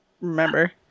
remember